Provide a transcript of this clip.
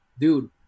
Dude